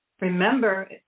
Remember